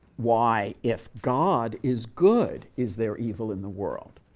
why, if god is good, is there evil in the world?